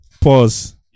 pause